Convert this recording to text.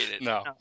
no